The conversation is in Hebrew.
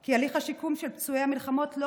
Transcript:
כי הליך השיקום של פצועי המלחמות לא